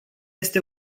este